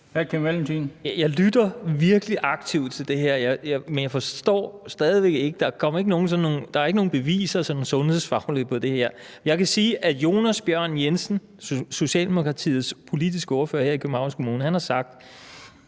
Jeg lytter virkelig aktivt, men der er stadig væk ikke nogen sådan sundhedsfaglige beviser for det her. Jeg kan sige, at Jonas Bjørn Jensen, Socialdemokratiets politiske ordfører her i Københavns Kommune, har sagt,